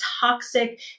toxic